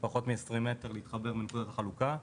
פחות מ- 20 מטר להתחבר לנקודת החלוקה.